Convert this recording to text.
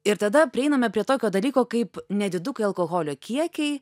ir tada prieiname prie tokio dalyko kaip nedidukai alkoholio kiekiai